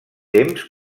temps